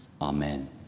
Amen